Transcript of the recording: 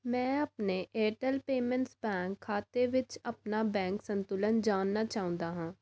ਮੈਂ ਆਪਣੇ Airtel payments bank ਖਾਤੇ ਵਿੱਚ ਆਪਣਾ ਬੈਂਕ ਸੰਤੁਲਨ ਜਾਣਨਾ ਚਾਹੁੰਦਾ ਹਾਂ